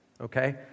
okay